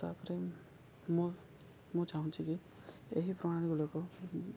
ତା'ପରେ ମୁଁ ମୁଁ ଚାହୁଁଛି କି ଏହି ପ୍ରଣାଳୀ ଗୁଡ଼ିକ